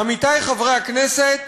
עמיתי חברי הכנסת,